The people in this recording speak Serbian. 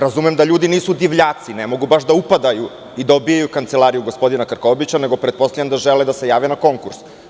Razumem da ljudi nisu divljaci, ne mogu baš da upadaju i da obijaju kancelariju gospodina Krkobabića, nego pretpostavljam da žele da se jave na konkurs.